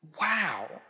wow